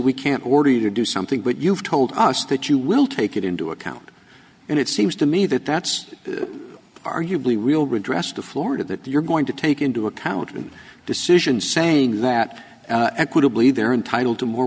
you to do something but you've told us that you will take it into account and it seems to me that that's arguably real redress to florida that you're going to take into account in decisions saying that to believe they're entitled to more